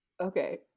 Okay